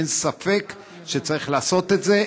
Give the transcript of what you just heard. אין ספק שצריך לעשות את זה,